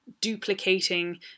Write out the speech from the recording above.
duplicating